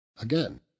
Again